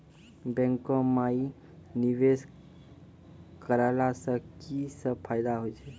बैंको माई निवेश कराला से की सब फ़ायदा हो छै?